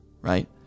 right